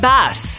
Bass